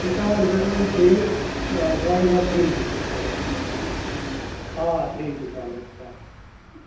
سِٹاٹ کَرو أسۍ بیٚیہِ دۄیہِ یا ترٛیہِ دۄیہِ پٮ۪ٹھ کَرو أسۍ سِٹاٹ آ ترٛیٚیہِ دۄہہِ کَرو أسۍ سِٹاٹ